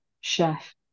chef